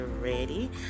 ready